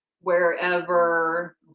wherever